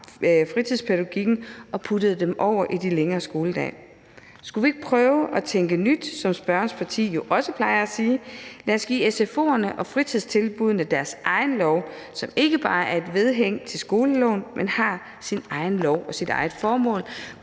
fritidspædagogikken og brugte dem til gennemførelsen af de længere skoledage. Skulle vi ikke prøve at tænke nyt, som spørgerens parti jo også plejer at sige? Lad os give sfo'erne og fritidstilbuddene deres egen lov, som ikke bare er et vedhæng til skoleloven, men som er sin egen lov med sit eget formål.